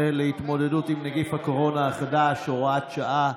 להתמודדות עם נגיף הקורונה החדש (הוראת שעה)